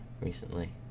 recently